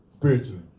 Spiritually